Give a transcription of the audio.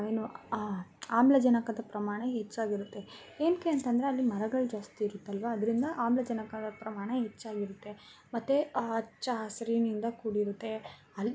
ಏನು ಆಮ್ಲಜನಕದ ಪ್ರಮಾಣ ಹೆಚ್ಚಾಗಿರುತ್ತೆ ಏನಕ್ಕೆ ಅಂತಂದರೆ ಅಲ್ಲಿ ಮರಗಳು ಜಾಸ್ತಿ ಇರುತ್ತಲ್ವಾ ಅದರಿಂದ ಆಮ್ಲಜನಕದ ಪ್ರಮಾಣ ಹೆಚ್ಚಾಗಿರುತ್ತೆ ಮತ್ತು ಹಚ್ಚ ಹಸಿರಿನಿಂದ ಕೂಡಿರುತ್ತೆ ಅಲ್ಲಿ